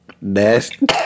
Nasty